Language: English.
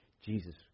Jesus